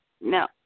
No